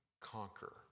conquer